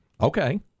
Okay